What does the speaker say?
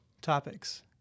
topics